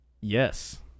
Yes